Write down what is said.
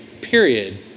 period